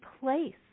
place